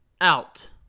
out